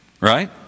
Right